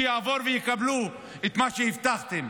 שיעבור ויקבלו את מה שהבטחתם.